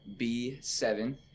B7